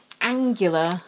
angular